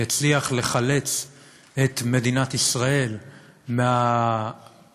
יצליח לחלץ את מדינת ישראל מהמלכודת,